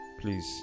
Please